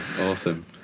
awesome